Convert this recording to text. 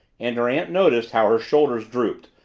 and her aunt noticed how her shoulders drooped,